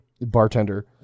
bartender